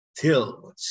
Till